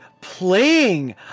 playing